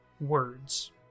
words